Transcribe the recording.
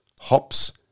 hops